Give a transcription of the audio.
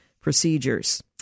procedures